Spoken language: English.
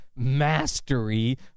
mastery